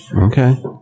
okay